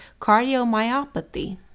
cardiomyopathy